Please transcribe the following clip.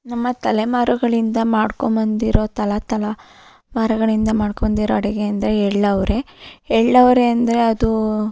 ನಮ್ಮ ತಲೆಮಾರುಗಳಿಂದ ಮಾಡ್ಕೊಂಡ್ಬಂದಿರೋ ತಲಾ ತಲಾ ಮಾರುಗಳಿಂದ ಮಾಡ್ಕೊಂಡಿರೋ ಅಡುಗೆ ಎಂದರೆ ಎಳ್ಳವರೆ ಎಳ್ಳವರೆ ಅಂದರೆ ಅದೂ